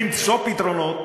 למצוא פתרונות,